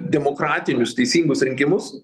demokratinius teisingus rinkimus